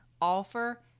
offer